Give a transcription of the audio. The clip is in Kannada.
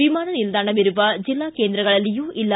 ವಿಮಾನ ನಿಲ್ದಾಣವಿರುವ ಜಿಲ್ಲಾ ಕೇಂದ್ರಗಳಲ್ಲಿಯೂ ಇಲ್ಲ